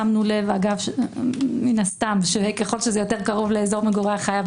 שמנו לב אגב שככל שזה קרוב לאזור מגורי החייב,